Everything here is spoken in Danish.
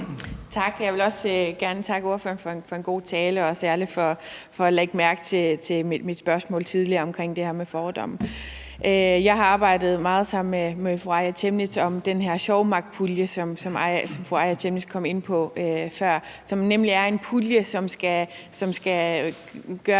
Tak. Jeg vil også gerne takke ordføreren for en god tale og særlig for at lægge mærke til mit spørgsmål tidligere omkring det her med fordomme. Jeg har arbejdet meget sammen med fru Aaja Chemnitz om den her Sjómaqpulje, som fru Aaja Chemnitz kom ind på før, og som nemlig er en pulje, der skal gøre